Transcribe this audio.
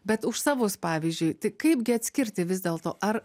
bet už savus pavyzdžiui tai kaipgi atskirti vis dėlto ar